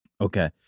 Okay